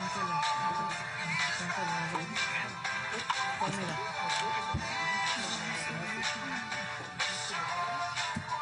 בעיקר הכירו את האשלג ואת הברום